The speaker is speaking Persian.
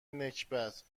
نکبت